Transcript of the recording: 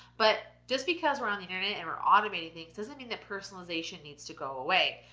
but just because we're on the internet, and we're automating things, doesn't mean that personalization needs to go away.